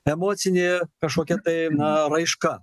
emocinė kažkokia tai na raiška